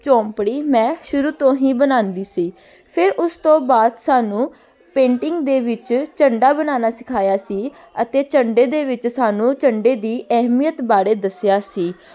ਝੌਂਪੜੀ ਮੈਂ ਸ਼ੁਰੂ ਤੋਂ ਹੀ ਬਣਾਉਂਦੀ ਸੀ ਫਿਰ ਉਸ ਤੋਂ ਬਾਅਦ ਸਾਨੂੰ ਪੇਂਟਿੰਗ ਦੇ ਵਿੱਚ ਝੰਡਾ ਬਣਾਉਣਾ ਸਿਖਾਇਆ ਸੀ ਅਤੇ ਝੰਡੇ ਦੇ ਵਿੱਚ ਸਾਨੂੰ ਝੰਡੇ ਦੀ ਅਹਿਮੀਅਤ ਬਾਰੇ ਦੱਸਿਆ ਸੀ